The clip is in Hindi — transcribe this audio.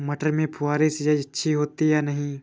मटर में फुहरी सिंचाई अच्छी होती है या नहीं?